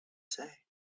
say